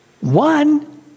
One